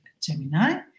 Gemini